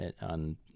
on